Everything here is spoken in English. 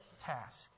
task